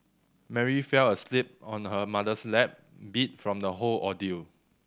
Mary fell asleep on her mother's lap beat from the whole ordeal